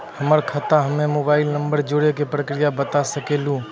हमर खाता हम्मे मोबाइल नंबर जोड़े के प्रक्रिया बता सकें लू?